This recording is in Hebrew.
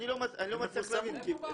אז אני לא מצליח להבין, כי --- איפה באוויר?